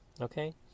okay